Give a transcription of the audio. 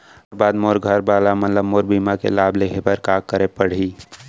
मोर बाद मोर घर वाला मन ला मोर बीमा के लाभ लेहे बर का करे पड़ही?